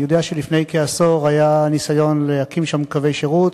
אני יודע שלפני כעשור היה ניסיון להקים שם קווי שירות,